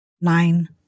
nine